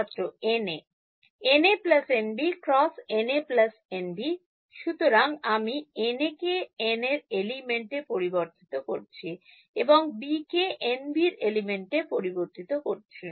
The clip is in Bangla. ছাত্র N A NA NB × NA NB সুতরাং আমি A কে NA এলিমেন্ট এ পরিবর্তিত করেছি এবং B কে NB এলিমেন্ট এ পরিবর্তিত করেছি